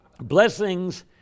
Blessings